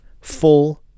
full